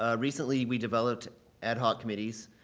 ah recently we developed ad hoc committees.